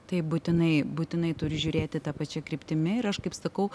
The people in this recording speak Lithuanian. taip būtinai būtinai turi žiūrėti ta pačia kryptimi ir aš kaip sakau